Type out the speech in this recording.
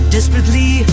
Desperately